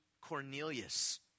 Cornelius